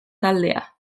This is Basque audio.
taldea